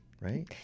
right